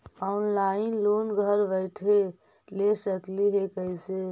Online loan घर बैठे ले सकली हे, कैसे?